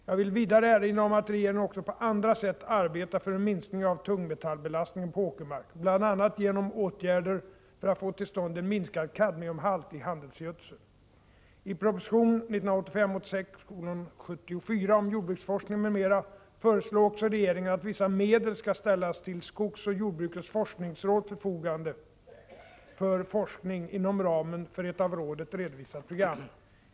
Jag vill vidare erinra om att regeringen också på andra sätt arbetar för en minskning av tungmetallbelastningen på åkermark, bl.a. genom åtgärder för att få till stånd en minskad kadmiumhalt i handelsgödsel. I proposition 1984/85:74 om jordbruksforskning, m.m. föreslår också regeringen att vissa medel skall ställas till skogsoch jordbrukets forskningsråds förfogande för forskning inom ramen för ett av rådet redovisat program.